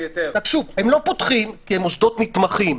הם לא פותחים כי הם מוסדות נתמכים,